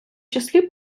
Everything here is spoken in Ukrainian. числі